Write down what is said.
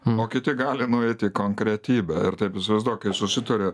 o kiti gali nueit į konkretybę ir taip įsivaizduok kai susituria